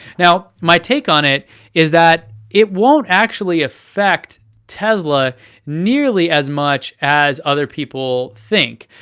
now my take on it is that it won't actually affect tesla nearly as much as other people think.